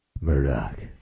Murdoch